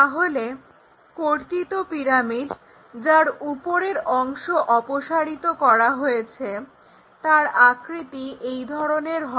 তাহলে কর্তিত পিরামিড যার উপরের অংশ অপসারিত করা হয়েছে তার আকৃতি এই ধরনের হয়